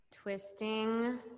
Twisting